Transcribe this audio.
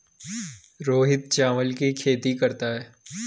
रोहित चावल की खेती करता है